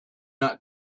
not